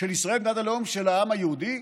היו"ר